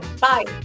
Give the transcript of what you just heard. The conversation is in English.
Bye